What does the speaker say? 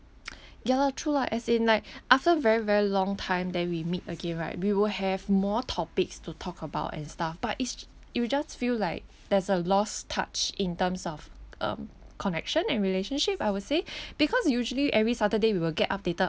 ya lah true lah as in like after very very long time then we meet again right we will have more topics to talk about and stuff but it's j~ you just feel like there's a lost touch in terms of um connection and relationship I would say because usually every saturday we will get updated